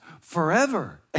forever